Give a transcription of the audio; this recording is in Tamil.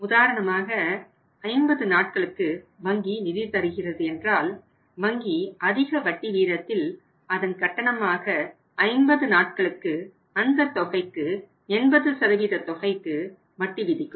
உதாரணமாக 50 நாட்களுக்கு வங்கி நிதி தருகிறது என்றால் வங்கி அதிக வட்டி வீதத்தில் அதன் கட்டணமாக 50 நாட்களுக்கு அந்த தொகைக்கு 80 தொகைக்கு வட்டி விதிக்கும்